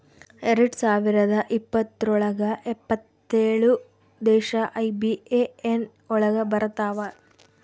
ಎರಡ್ ಸಾವಿರದ ಇಪ್ಪತ್ರೊಳಗ ಎಪ್ಪತ್ತೇಳು ದೇಶ ಐ.ಬಿ.ಎ.ಎನ್ ಒಳಗ ಬರತಾವ